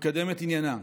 ולקדם את עניינם.